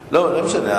לא משנה.